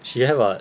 she have what